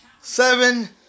Seven